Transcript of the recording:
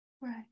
right